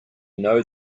know